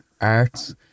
arts